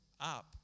up